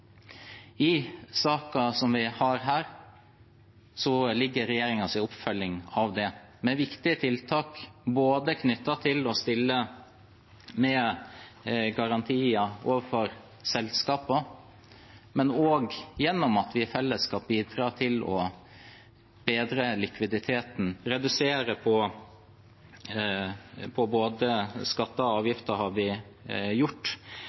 i Norge, bl.a. knyttet til luftfart. I saken vi har her, ligger regjeringens oppfølging av det, med viktige tiltak både knyttet til å stille med garantier overfor selskapene og gjennom at vi i fellesskap bidrar til å bedre likviditeten. Vi har redusert både skatter og